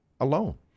alone